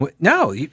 No